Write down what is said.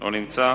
לא נמצא.